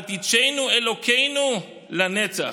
אל תיטשנו, אלוקינו, לנצח.